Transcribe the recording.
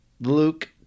Luke